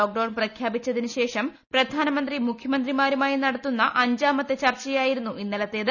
lockdown പ്രഖ്യാപിച്ചതിനു ശേഷം പ്രധാനമന്ത്രി മുഖ്യമന്ത്രിമാരുമായി നടത്തുന്ന അഞ്ചാമത്തെ ചർച്ച യായിരുന്നു ഇന്നലത്തേത്